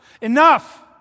Enough